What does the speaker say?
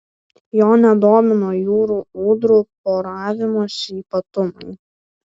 jo nedomino jūrų ūdrų poravimosi ypatumai